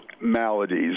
maladies